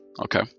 Okay